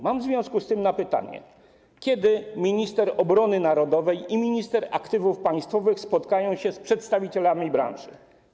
Mam w związku z tym pytanie: Kiedy minister obrony narodowej i minister aktywów państwowych spotkają się z przedstawicielami branży?